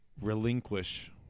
relinquish